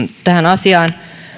tähän asiaan